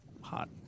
hot